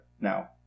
Now